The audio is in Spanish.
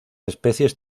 especies